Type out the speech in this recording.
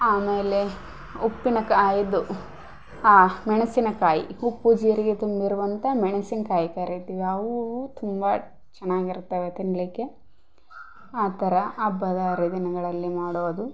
ಆಮೇಲೆ ಉಪ್ಪಿನಕಾಯಿ ಇದು ಆಂ ಮೆಣಸಿನಕಾಯಿ ಉಪ್ಪು ಜೀರಿಗೆ ತುಂಬಿರುವಂಥ ಮೆಣಸಿನಕಾಯಿ ಕರೀತೀವಿ ಅವೂ ತುಂಬ ಚೆನ್ನಾಗಿರ್ತವೆ ತಿನ್ನಲಿಕ್ಕೆ ಆ ಥರ ಹಬ್ಬದ ಹರಿದಿನಗಳಲ್ಲಿ ಮಾಡೋದು